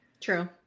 True